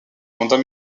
mandat